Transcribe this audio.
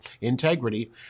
integrity